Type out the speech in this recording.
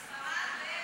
בספרד?